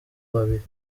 babiri